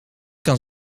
kan